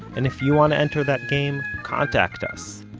and if you want to enter that game, contact us.